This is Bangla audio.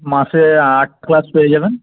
মাসে আট ক্লাস পেয়ে যাবেন